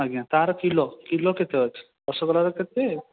ଆଜ୍ଞା ତାର kilo kilo କେତେ ଅଛି ରସଗୋଲାର କେତେ